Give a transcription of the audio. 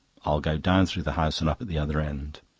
i'll go down through the house and up at the other end.